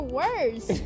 worse